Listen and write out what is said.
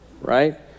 right